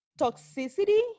toxicity